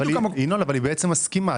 ינון, אבל היא בעצם מסכימה.